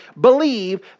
believe